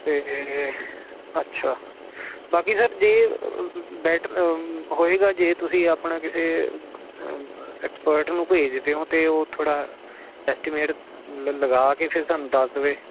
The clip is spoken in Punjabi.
ਤੇ ਅੱਛਾ ਬਾਕੀ ਸਰ ਜੇ ਬੈਟਰ ਜੇ ਹੋਏਗਾ ਜੇ ਤੁਸੀਂ ਆਪਣਾ ਕਿਸੇ ਐਕਸਪਰਟ ਨੂੰ ਭੇਜਦੇ ਹੋ ਤੇ ਉਹ ਥੋੜਾ ਐਸਟੀਮੇਟ ਲਗਾ ਕੇ ਫਿਰ ਤੁਹਾਨੂੰ ਦੱਸ ਦੇਵੇ